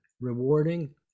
rewarding